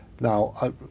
Now